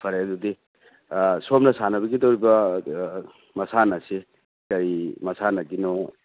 ꯐꯔꯦ ꯑꯗꯨꯗꯤ ꯁꯣꯝꯅ ꯁꯥꯟꯅꯕꯤꯒꯗꯧꯔꯤꯕ ꯃꯁꯥꯟꯅꯁꯤ ꯀꯩ ꯃꯁꯥꯟꯅꯒꯤꯅꯣ